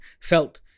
felt